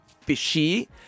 Fishy